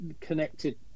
connected